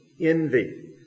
envy